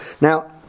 Now